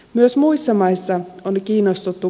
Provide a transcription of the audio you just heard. myös muissa maissa on kiinnostuttu